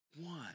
one